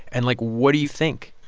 and, like, what do you think?